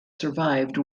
survived